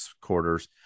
quarters